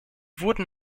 wurden